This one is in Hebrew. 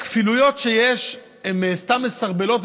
הכפילויות שיש הן סתם מסרבלות,